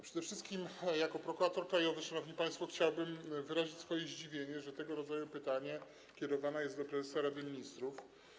Przede wszystkim jako prokurator krajowy, szanowni państwo, chciałbym wyrazić swoje zdziwienie, że tego rodzaju pytanie kierowane jest do prezesa Rady Ministrów.